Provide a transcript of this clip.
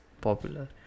popular